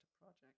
project